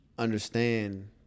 understand